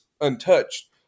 untouched